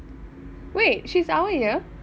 wait she's our year